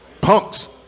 punks